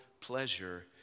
pleasure